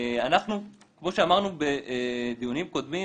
כמו שאמרנו בדיונים קודמים,